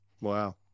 wow